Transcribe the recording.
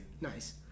Nice